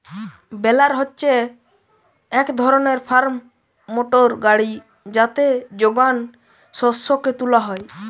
বেলার হচ্ছে এক ধরণের ফার্ম মোটর গাড়ি যাতে যোগান শস্যকে তুলা হয়